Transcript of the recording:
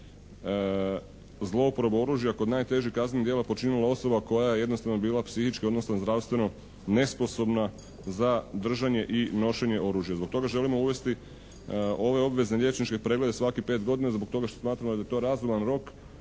zloporaba oružja kod najtežih kaznenih djela počinila osoba koja je jednostavno bila psihički, odnosno zdravstveno nesposobna za držanje i nošenje oružja. Zbog toga želimo uvesti ove obveze liječničke trebaju svakih pet godina zbog toga što smatramo da je to razuman rok